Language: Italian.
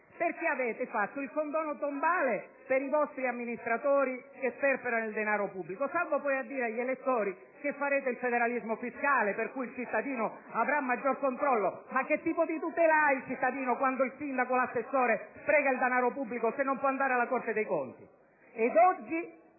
perché avete fatto il condono tombale per i vostri amministratori che sperperano il denaro pubblico, salvo poi dire agli elettori che farete il federalismo fiscale, per cui i cittadini avranno un maggior controllo. Ma che tipo di tutela ha il cittadino, quando, se il sindaco o l'assessore sprecano il denaro pubblico, non si può andare alla Corte dei conti?